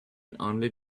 only